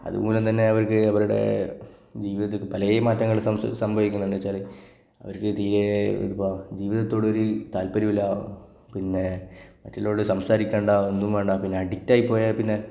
അതുമൂലം തന്നെ അവര്ക്ക് അവരുടെ ജീവിതത്തില് പലേ മാറ്റങ്ങള് സംശ് സംഭവിക്കുന്നുണ്ട് എന്താണെന്നു വെച്ചാൽ അവര്ക്ക് തീരെ ഇതിപ്പോൾ ജീവിതത്തോടു ഒരു താത്പര്യവുമില്ല പിന്നെ മറ്റുള്ളവരോട് സംസാരിക്കേണ്ട ഒന്നും വേണ്ടാ പിന്നെ അഡിക്റ്റ് ആയിപ്പോയാൽ പിന്നെ